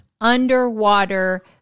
underwater